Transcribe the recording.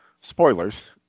spoilers